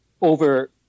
over